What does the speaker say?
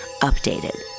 Updated